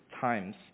times